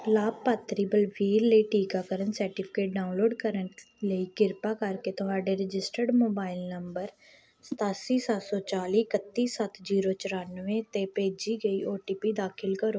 ਲਾਭਪਾਤਰੀ ਬਲਬੀਰ ਲਈ ਟੀਕਾਕਰਨ ਸਰਟੀਫਿਕੇਟ ਡਾਊਨਲੋਡ ਕਰਨ ਲਈ ਕਿਰਪਾ ਕਰਕੇ ਤੁਹਾਡੇ ਰਜਿਸਟਰਡ ਮੋਬਾਈਲ ਨੰਬਰ ਸਤਾਸੀ ਸੱਤ ਸੌਂ ਚਾਲੀ ਇਕੱਤੀ ਸੱਤ ਜੀਰੋ ਚੁਰਾਨਵੇਂ 'ਤੇ ਭੇਜੀ ਗਈ ਓ ਟੀ ਪੀ ਦਾਖਿਲ ਕਰੋ